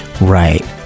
right